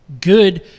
good